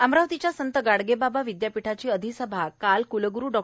लीट अमरावतीच्या संत गाडगेबाबा विदयापीठाची अधिसभा काल कुलग्रू डॉ